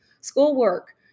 schoolwork